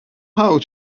how